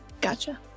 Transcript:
Gotcha